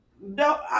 No